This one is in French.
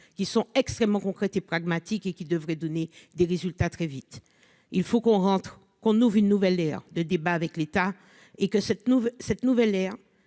qui sont extrêmement concrètes et pragmatiques et qui devrait donner des résultats très vite, il faut qu'on rentre qu'on ouvre une nouvelle ère de débat avec l'État et que cette cette nouvelle ère,